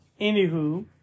Anywho